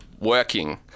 working